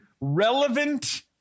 relevant